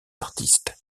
artistes